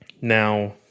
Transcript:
Now